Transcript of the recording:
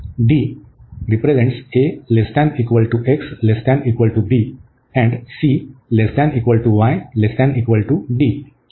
D